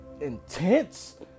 intense